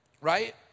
right